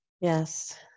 yes